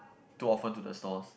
too often to the stores